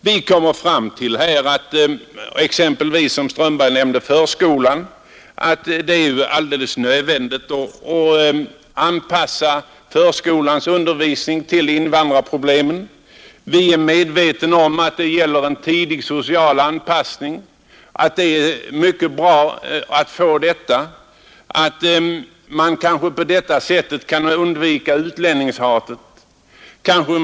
Beträffande exempelvis förskolan, som herr Strömberg nämnde, anser vi att det är alldeles nödvändigt att vid dess undervisning ta hänsyn till invandrarproblemen. Vi är medvetna om att det är mycket bra att få till stånd en tidig social anpassning och att man kanske på detta sätt kan undvika att utlänningshat uppstår hos svenskarna.